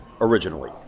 originally